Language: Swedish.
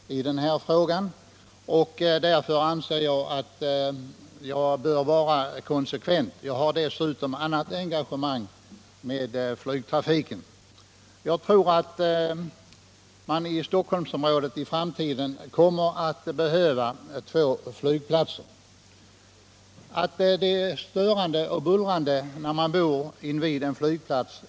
Jag är dessutom på annat sätt engagerad i flygtrafikfrågan. Jag tror att man i Stockholmsområdet i framtiden kommer att behöva två flygplatser. Det är helt klart att det är störande och bullrigt att bo i närheten av en flygplats.